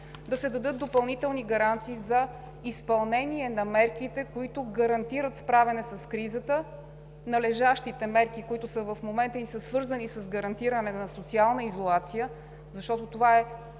да се дадат допълнителни гаранции за изпълнение на мерките, които гарантират справянето с кризата – належащите мерки в момента, свързани с гарантиране на социална изолация, защото това